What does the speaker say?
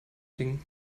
ding